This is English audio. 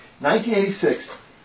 1986